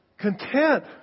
Content